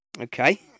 Okay